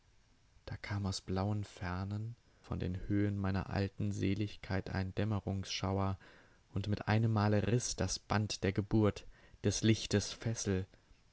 da kam aus blauen fernen von den höhen meiner alten seligkeit ein dämmerungsschauer und mit einem male riß das band der geburt des lichtes fessel